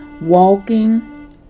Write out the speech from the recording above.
walking